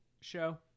show